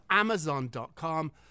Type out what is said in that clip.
Amazon.com